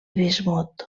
bismut